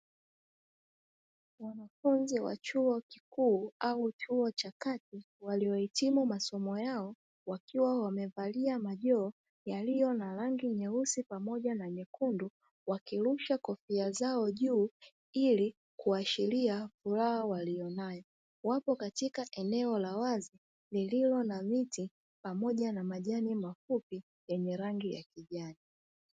Wanafunzi wa chuo kikuu au chuo cha kati waliohitimu masomo yao, wakiwa wamevalia majoho yaliyo na rangi nyeusi pamoja na nyekundu, wakirusha kofia zao juu ili kuashilia furaha walionayo wapo katika eneo la wazi lililo na miti pamoja na majani mafupi yenye rangi ya kijani.